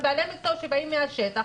בעלי המקצוע שבאים מהשטח,